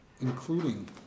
including